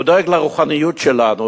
הוא דואג לרוחניות שלנו,